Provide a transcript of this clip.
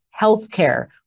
healthcare